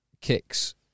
kicks